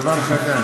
זה דבר חדש.